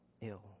ill